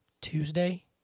Tuesday